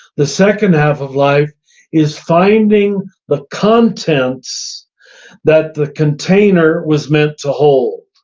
the second half of life is finding the contents that the container was meant to hold.